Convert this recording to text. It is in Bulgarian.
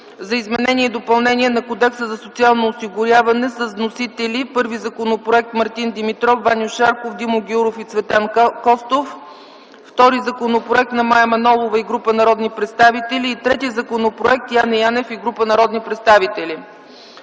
за изменение и допълнение на Кодекса за социално осигуряване. Вносители: първи Законопроект - Мартин Димитров, Ваньо Шарков, Димо Гяуров и Цветан Костов; втори Законопроект - Мая Манолова и група народни представители; трети Законопроект - Яне Янев и група народни представители.